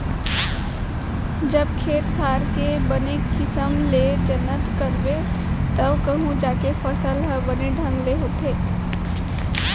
जब खेत खार के बने किसम ले जनत करबे तव कहूं जाके फसल हर बने ढंग ले होथे